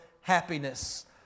happiness